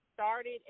started